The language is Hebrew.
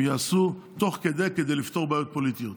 יעשו תוך כדי כדי לפתור בעיות פוליטיות.